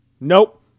Nope